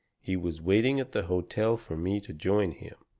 he was waiting at the hotel for me to join him,